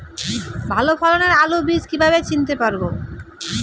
ভালো ফলনের আলু বীজ কীভাবে চিনতে পারবো?